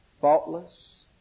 faultless